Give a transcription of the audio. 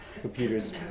computers